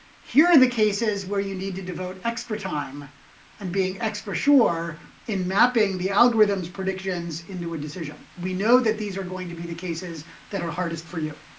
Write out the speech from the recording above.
here are the cases where you need to devote extra time and being extra sure in mapping the algorithm's predictions into a decision. we know that these are going to be the cases that are hardest for you.